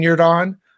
on